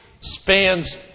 spans